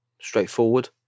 Straightforward